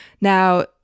Now